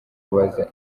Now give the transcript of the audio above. kubaza